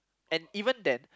and even then